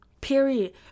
Period